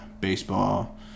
baseball